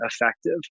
effective